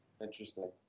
Interesting